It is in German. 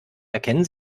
erkennen